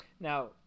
Now